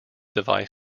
device